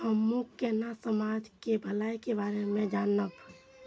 हमू केना समाज के भलाई के बारे में जानब?